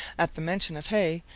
at the mention of hay,